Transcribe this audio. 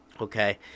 okay